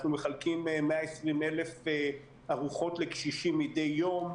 אנחנו מחלקים 120,000 ארוחות לקשישים מדי יום.